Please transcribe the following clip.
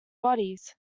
bodies